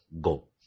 Go